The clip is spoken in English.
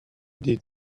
did